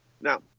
Now